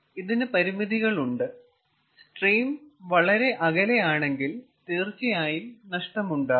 ഇതിന് പരിമിതികളുമുണ്ട് സ്ട്രീം വളരെ അകലെയാണെങ്കിൽ തീർച്ചയായും നഷ്ടം ഉണ്ടാകും